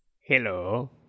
Hello